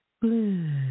Blue